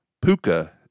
Puka